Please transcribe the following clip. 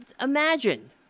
imagine